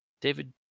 David